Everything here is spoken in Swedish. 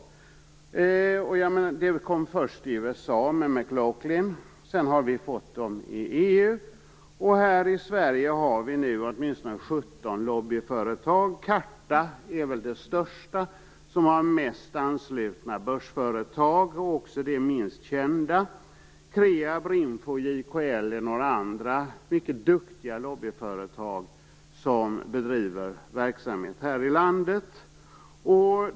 De kom först i USA med McLoughlin. Sedan har vi fått dem i EU. Här i Sverige har vi nu åtminstone 17 lobbyföretag. CARTA är väl det största, som har flest anslutna börsföretag, och som också det minst kända. Kreab, RINFO och JKL är några andra mycket duktiga lobbyföretag som bedriver verksamhet här i landet.